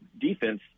defense